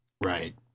Right